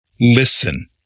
listen